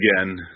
again